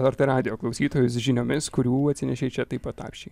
lrt radijo klausytojus žiniomis kurių atsinešei čia taip pat apsčiai